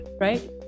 right